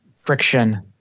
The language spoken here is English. friction